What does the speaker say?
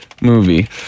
movie